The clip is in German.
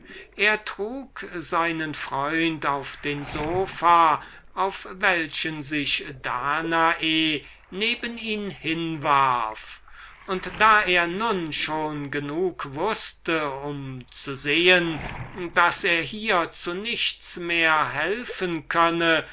er trug seinen freund auf den sopha auf welchen sich danae neben ihn hinwarf und da er nun schon genug wußte um zu sehen daß er hier weiter nichts helfen konnte